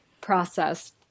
process